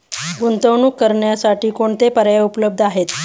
गुंतवणूक करण्यासाठी कोणते पर्याय उपलब्ध आहेत?